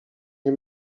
nie